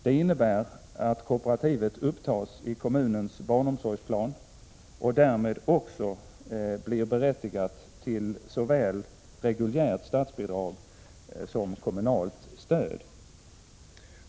Det innebär att kooperativet upptas i kommunens barnomsorgsplan och därmed också blir berättigat till såväl reguljärt statsbidrag som kommunalt stöd.